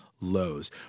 lows